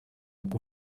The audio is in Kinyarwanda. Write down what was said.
kuko